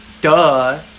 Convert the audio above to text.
Duh